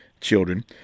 children